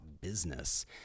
business